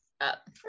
Up